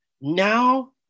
now